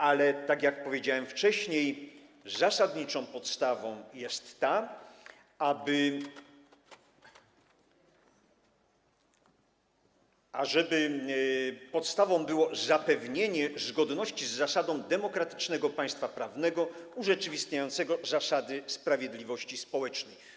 Ale tak jak powiedziałem wcześniej, zasadnicze jest to, ażeby podstawą było zapewnienie zgodności z zasadą demokratycznego państwa prawnego, urzeczywistniającego zasady sprawiedliwości społecznej.